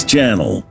channel